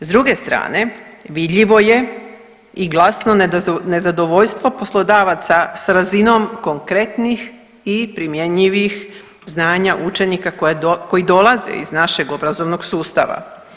S druge strane vidljivo je i glasno nezadovoljstvo poslodavaca s razinom konkretnih i primjenjivih znanja učenika koji dolaze iz našeg obrazovnog sustava.